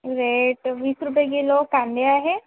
rate वीस रुपये kilo कांदे आहे